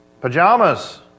pajamas